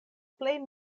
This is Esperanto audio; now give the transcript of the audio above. plej